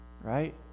right